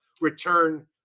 return